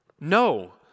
No